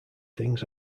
things